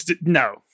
no